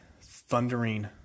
thundering